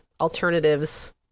alternatives